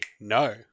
no